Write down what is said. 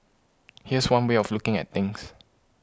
here's one way of looking at things